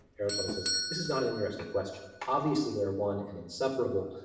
aristotle says this is not an interesting question. obviously they are one and inseparable.